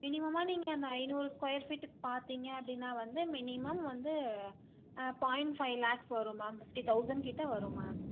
மினிமமாக நீங்கள் அந்த ஐநூறு ஸ்கொயர் ஃபீட்டுக்கு பார்த்திங்க அப்படீனா வந்து மினிமம் வந்து பாயிண்ட் ஃபைவ் லாக்ஸ் வரும் மேம் ஃபிப்டி தௌசண்ட் கிட்டே வரும் மேம்